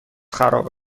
خراب